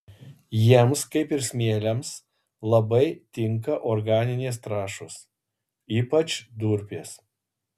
jiems kaip ir smėliams labai tinka organinės trąšos ypač durpės